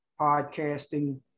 podcasting